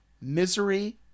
Misery